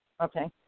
Okay